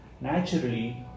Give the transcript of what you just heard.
naturally